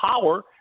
power